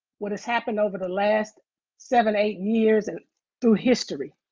what has happened over the last seven, eight years and through history,